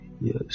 Yes